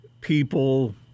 people